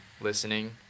listening